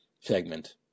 segment